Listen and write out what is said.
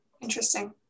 Interesting